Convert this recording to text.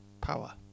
power